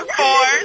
four